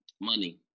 Money